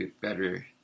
better